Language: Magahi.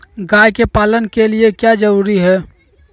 गाय के पालन के लिए क्या जरूरी है?